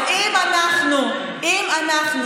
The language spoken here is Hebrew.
אז אם אנחנו נתאחד,